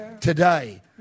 today